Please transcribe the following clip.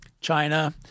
China